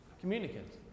communicant